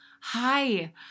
hi